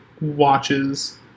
watches